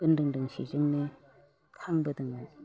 बोन्दों दोंसेजोंनो खांबोदोंमोन